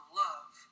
love